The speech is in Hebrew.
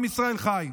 עם ישראל חי.